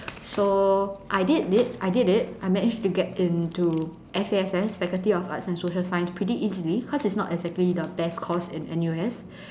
so I did it I did it I managed to get into F_A_S_S faculty of arts and social science pretty easily cause it's not exactly the best course in N_U_S